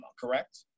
correct